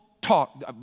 talk